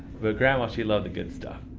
but grandma, she loved the good stuff.